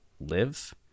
live